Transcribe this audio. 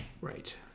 Right